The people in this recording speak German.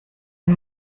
und